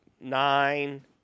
Nine